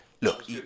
look